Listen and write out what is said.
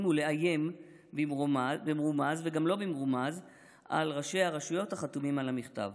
ולאיים במרומז וגם לא במרומז על ראשי הרשויות החתומים על המכתב.